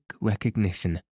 recognition